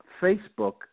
Facebook